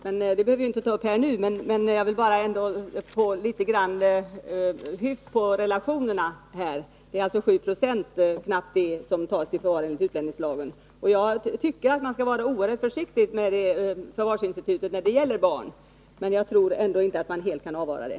Den saken skall vi inte ta upp nu, men jag har bara velat få litet hyfs på relationerna. Det är knappt 7 Ze av det antal barn som tas i förvar enligt barnavårdslagen som omhändertas enligt utlänningslagen. Jag tycker att man skall vara oerhört försiktig med förvarsinstitutet när det gäller barn, men jag tror ändå inte att man helt kan avvara det.